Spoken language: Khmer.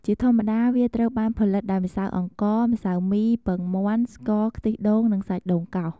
ជាធម្មតាវាត្រូវបានផលិតដោយម្សៅអង្ករ ម្សៅមី ពងមាន់ ស្ករ ខ្ទិះដូង និងសាច់ដូងកោស។